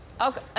Okay